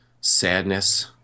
sadness